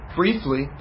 briefly